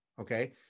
Okay